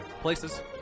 Places